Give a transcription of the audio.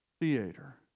theater